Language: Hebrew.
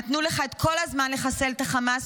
נתנו לך את כל הזמן לחסל את החמאס